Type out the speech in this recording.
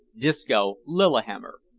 disco lillihammer.